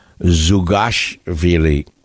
Zugashvili